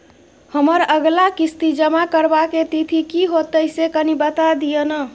हमर अगला किस्ती जमा करबा के तिथि की होतै से कनी बता दिय न?